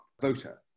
voter